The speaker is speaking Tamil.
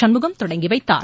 சண்முகம் தொடங்கி வைத்தார்